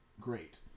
Great